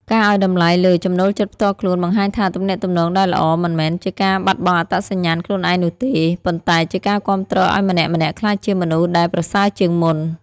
ការឱ្យតម្លៃលើ «ចំណូលចិត្តផ្ទាល់ខ្លួន» បង្ហាញថាទំនាក់ទំនងដែលល្អ មិនមែនជាការបាត់បង់អត្តសញ្ញាណខ្លួនឯងនោះទេ ប៉ុន្តែជាការគាំទ្រឱ្យម្នាក់ៗក្លាយជាមនុស្សដែលប្រសើរជាងមុន។